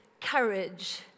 courage